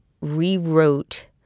rewrote